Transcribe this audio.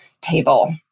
table